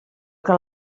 que